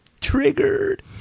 Triggered